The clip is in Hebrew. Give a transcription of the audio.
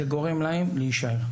זה גורם להם להישאר,